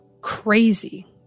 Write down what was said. Crazy